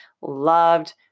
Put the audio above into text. loved